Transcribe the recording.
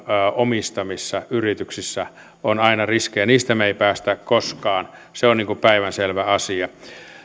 omistamissa yrityksissä on aina riskejä niistä me emme pääse koskaan se on päivänselvä asia